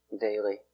daily